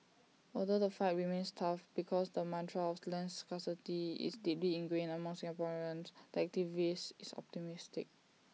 although the fight remains tough because the mantra of land scarcity is deeply ingrained among Singaporeans the activist is optimistic